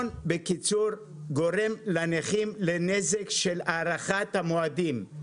בקיצור, המכון גורם לנכים נזק בשל הארכת המועדים.